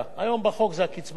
עד התקרה הזו.